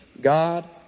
God